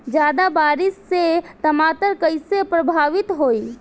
ज्यादा बारिस से टमाटर कइसे प्रभावित होयी?